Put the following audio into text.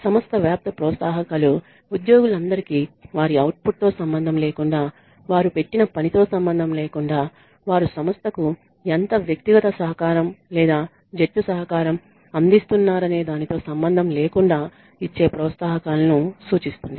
సంస్థ వ్యాప్త ప్రోత్సాహకాలు ఉద్యోగులందరికీ వారి అవుట్పుట్ తో సంబంధం లేకుండా వారు పెట్టిన పనితో సంబంధం లేకుండా వారు సంస్థకు ఎంత వ్యక్తిగత సహకారం లేదా జట్టు సహకారం అందిస్తున్నారనే దానితో సంబంధం లేకుండా ఇచ్చే ప్రోత్సాహకాలను సూచిస్తుంది